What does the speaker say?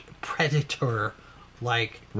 Predator-like